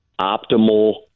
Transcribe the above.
optimal